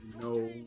no